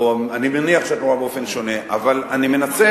אני מניח